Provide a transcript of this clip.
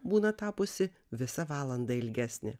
būna tapusi visa valanda ilgesnė